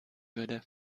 würde